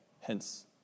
hence